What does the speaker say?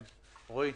רועי,